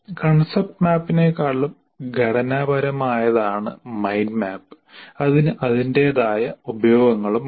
concept മാപ്പിനേക്കാൾ ഘടനാപരമായതാണ് mind map അതിന് അതിന്റേതായ ഉപയോഗങ്ങളുണ്ട്